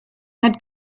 had